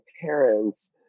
parents